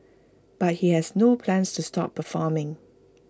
but he has no plans to stop performing